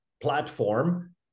platform